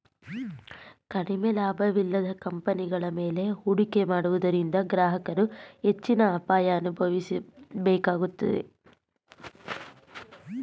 ಕಡಿಮೆ ಲಾಭವಿಲ್ಲದ ಕಂಪನಿಗಳ ಮೇಲೆ ಹೂಡಿಕೆ ಮಾಡುವುದರಿಂದ ಗ್ರಾಹಕರು ಹೆಚ್ಚಿನ ಅಪಾಯ ಅನುಭವಿಸಬೇಕಾಗುತ್ತದೆ